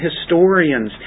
historians